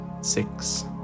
six